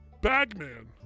Bagman